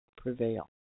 prevail